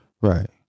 Right